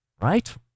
Right